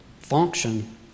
function